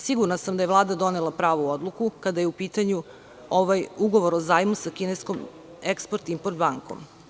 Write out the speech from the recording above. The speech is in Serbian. Siguran sam da je Vlada donela pravu odluku kada je u pitanju Ugovor o zajmu sa kineskom „Eksport import bankom“